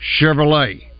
Chevrolet